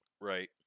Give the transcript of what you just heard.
Right